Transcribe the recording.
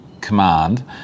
command